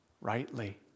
rightly